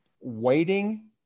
waiting